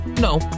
No